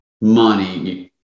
Money